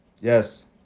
yes